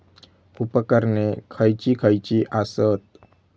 उपकरणे खैयची खैयची आसत?